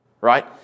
Right